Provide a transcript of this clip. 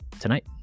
tonight